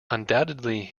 undoubtedly